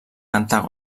cantar